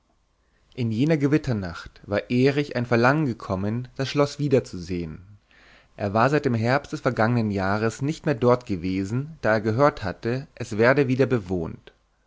in jener gewitternacht war erich ein verlangen gekommen das schloß wieder zu sehen er war seit dem herbst des vergangenen jahres nicht mehr dort gewesen da er gehört hatte es werde wieder bewohnt